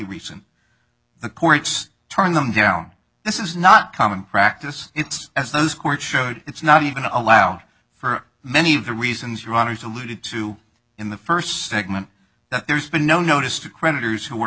recent the courts turning them down this is not common practice it's as those court showed it's not even allowed for many of the reasons your honour's alluded to in the first segment that there's been no notice to creditors who are